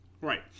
Right